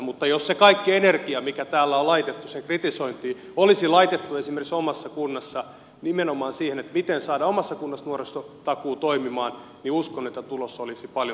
mutta jos se kaikki energia joka täällä on laitettu sen kritisointiin olisi laitettu nimenomaan siihen miten saadaan omassa kunnassa nuorisotakuu toimimaan uskon että tulos olisi paljon parempi